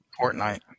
Fortnite